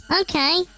Okay